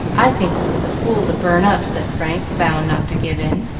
i think he was a fool to burn up, said frank, bound not to give in.